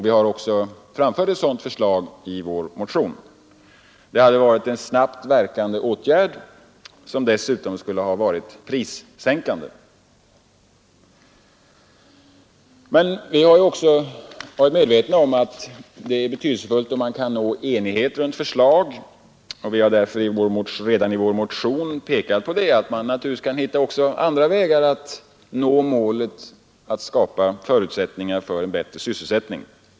Vi har också framfört ett sådant förslag i vår motion. Det hade varit en snabbt verkande åtgärd som dessutom skulle ha varit prissänkande. Vi har också varit medvetna om att det är betydelsefullt att man kan nå enighet om ett förslag, och vi har därför i vår motion pekat på att andra vägar naturligtvis kan tänkas för att nå målet att skapa förutsättningar för en bättre sysselsättning.